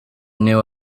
new